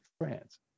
France